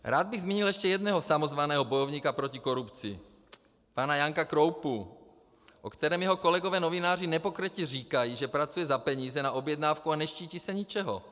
Rád bych zmínil ještě jedno samozvaného odborníka proti korupci pana Janka Kroupu, o kterém jeho kolegové novináři nepokrytě říkají, že pracuje za peníze na objednávku a neštítí se ničeho.